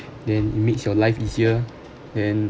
then it makes your life easier then